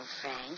Frank